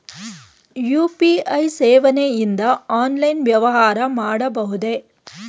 UPI ಸೇವೆಯಿಂದ online ವ್ಯವಹಾರ ಮಾಡಬಹುದೇ?